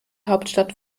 hauptstadt